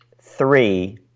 Three